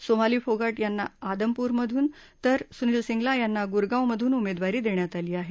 Somali Phogat यांना आदमपूरहून तर सुधीर सिंगला यांना गुरगाँवमधून उमेदवारी देण्यात आली आहे